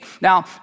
Now